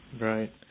Right